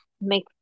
make